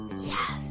Yes